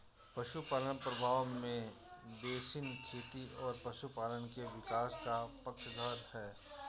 पशुपालन प्रभाव में बेसिन खेती और पशुपालन के विकास का पक्षधर है